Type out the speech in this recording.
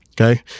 okay